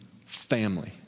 family